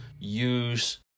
use